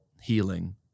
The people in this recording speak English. healing